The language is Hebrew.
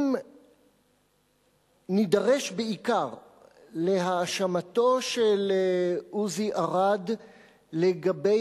אם נידרש בעיקר להאשמתו של עוזי ארד לגבי